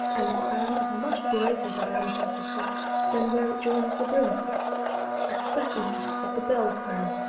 and a crown of a much greater diameter at the top than where it joins the brim a specimen of the bell-crown.